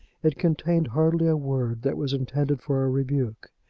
it contained hardly a word that was intended for a rebuke.